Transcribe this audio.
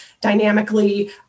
dynamically